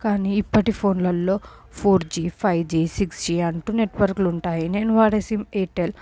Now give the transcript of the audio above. కానీ ఇప్పటి ఫోన్లల్లో four G five G six G అంటూ నెట్వర్కులుంటాయి నేను వాడే సిమ్ము ఎయిర్టెల్